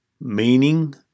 meaning